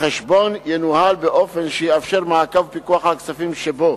החשבון ינוהל באופן שיאפשר מעקב ופיקוח על הכספים שבו.